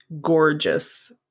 gorgeous